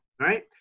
right